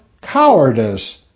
cowardice